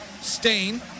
Stain